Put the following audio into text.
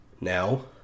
Now